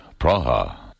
Praha